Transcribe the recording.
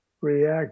react